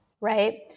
right